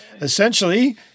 essentially